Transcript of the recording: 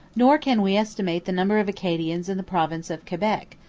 nor can we estimate the number of acadians in the province of quebec,